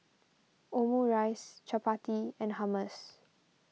Omurice Chapati and Hummus